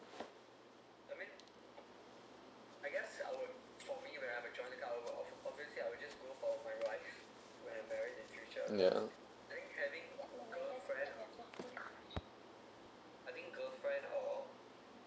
yeah